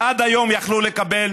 עד היום יכלו לקבל